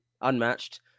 Unmatched